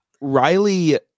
Riley